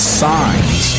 signs